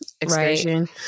excursion